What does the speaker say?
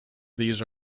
these